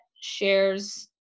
shares